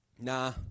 nah